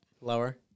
Lower